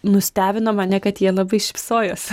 nustebino mane kad jie labai šypsojosi